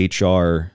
HR